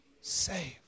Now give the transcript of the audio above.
saved